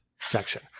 Section